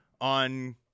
on